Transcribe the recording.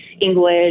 English